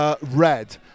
red